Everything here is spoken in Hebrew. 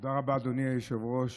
תודה רבה, אדוני היושב-ראש,